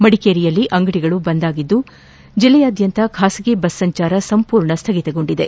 ಮಡಿಕೇರಿಯಲ್ಲಿ ಅಂಗಡಿಗಳು ಬಂದ್ ಆಗಿದ್ದು ಜಿಲ್ಲೆಯಾದ್ಯಂತ ಖಾಸಗಿ ಬಸ್ ಸಂಚಾರ ಸಂಪೂರ್ಣ ಸ್ಠಗಿತಗೊಂಡಿದೆ